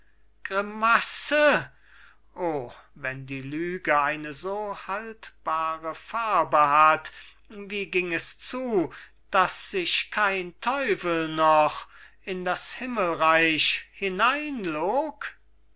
grimasse grimasse o wenn die lüge eine so haltbare farbe hat wie ging es zu daß sich kein teufel noch in das himmelreich hineinlog